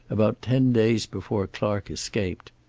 about ten days before clark escaped.